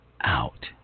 out